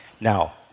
Now